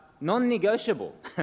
non-negotiable